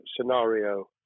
scenario